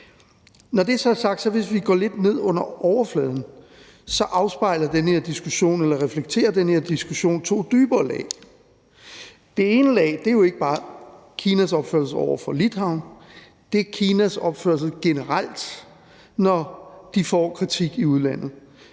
er det sådan, at hvis vi går lidt ned under overfladen, afspejler eller reflekterer den her diskussion to dybere lag. Det ene lag er ikke bare Kinas opførsel over for Litauen; det er Kinas opførsel generelt, når de får kritik i udlandet